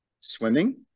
Swimming